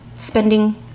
spending